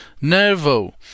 Nervo